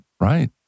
right